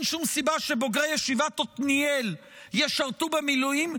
שום סיבה שבוגרי ישיבת עתניאל ישרתו במילואים,